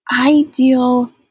ideal